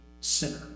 sinner